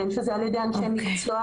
בין שזה על ידי אנשי מקצוע,